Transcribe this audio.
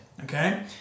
okay